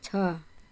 छ